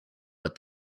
what